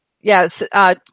Yes